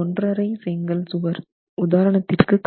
ஒன்றரை செங்கல் சுவர் உதாரணத்திற்கு காணலாம்